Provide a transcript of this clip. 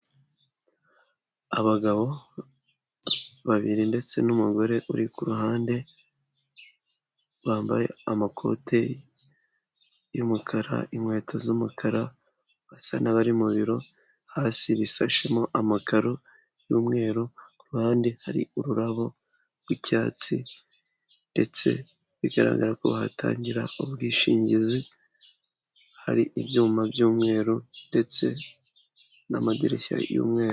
Abagabo babiri ndetse n'umugore uri ku ruhande, bambaye amakoti y'umukara, inkweto z'umukara, basa n'abari mu biro, hasi bisashemo amakaro y'umweru, ku ruhande hari ururabo rw'icyatsi, ndetse bigaragara ko bahatangira ubwishingizi, hari ibyuma by'umweru ndetse n'amadirishya y'umweru.